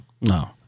No